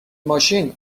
ماشین